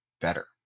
better